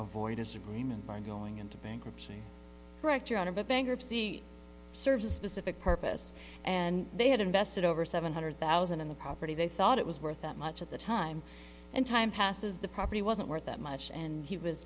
avoid disagreement and going into bankruptcy correct or out of a bankruptcy serves a specific purpose and they had invested over seven hundred thousand in the property they thought it was worth that much at the time and time passes the property wasn't worth that much and he was